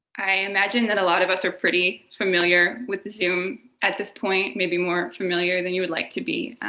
i imagine that a lot of us are pretty familiar with zoom at this point. maybe more familiar than you would like to be.